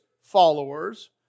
followers